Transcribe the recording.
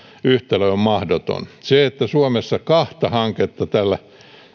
yhtälö on mahdoton se että suomessa kahta hanketta tällä